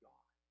God